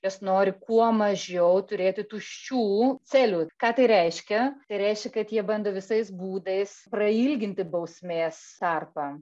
jos nori kuo mažiau turėti tuščių celių ką tai reiškia tai reiškia kad jie bando visais būdais prailginti bausmės tarpą